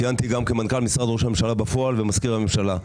כיהנתי גם כמנכ"ל משרד ראש הממשלה בפועל ומזכיר הממשלה.